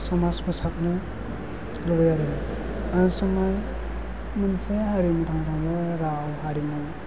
समाज फोसाबनो लुबैयो आरो हारिसिङै मोनसे राव हारिमु